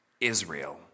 Israel